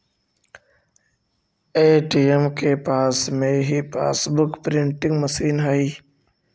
ATM के पास में ही पासबुक प्रिंटिंग मशीन हई